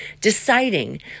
Deciding